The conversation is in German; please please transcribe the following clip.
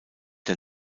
der